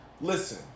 Listen